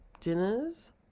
dinners